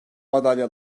madalya